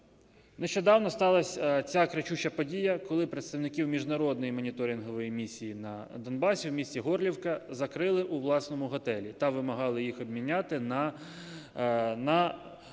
Нещодавно сталася ця кричуща подія, коли представників міжнародної моніторингової місії на Донбасі, в місті Горлівка, закрили у власному готелі та вимагали їх обміняти на